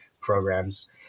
programs